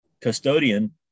custodian